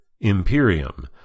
Imperium